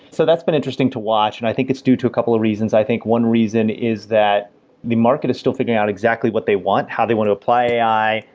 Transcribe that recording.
so that's been interesting to watch, and i think it's due to a couple of reasons. i think, one reason is that the market is still figuring out exactly what they want, how they want to apply ai,